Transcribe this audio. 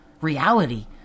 reality